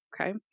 Okay